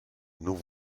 nous